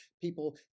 people